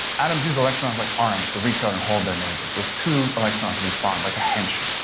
atoms use electrons like arms to reach out and hold their neighbors. two electrons in each bond, like a handshake,